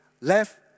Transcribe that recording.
left